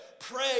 Pray